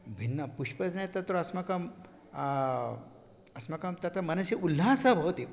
भिन्नपुष्पोद्याने तत्र अस्माकं अस्माकं तत्र मनसि उल्हासः भवति